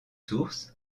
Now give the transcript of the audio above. sources